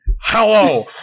Hello